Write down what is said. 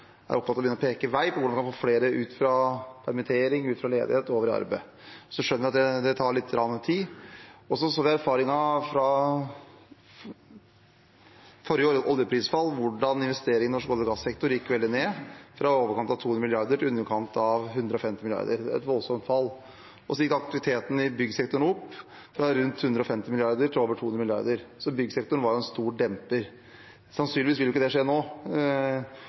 jeg at det tar lite grann tid. Vi så av erfaringen fra forrige oljeprisfall hvordan investeringene i norsk olje- og gassektor gikk veldig ned, fra i overkant av 200 mrd. kr til i underkant av 150 mrd. kr – et voldsomt fall. Så gikk aktiviteten i byggsektoren opp, fra rundt 150 mrd. kr til over 200 mrd. kr. Byggsektoren var en stor demper. Sannsynligvis vil ikke det skje nå.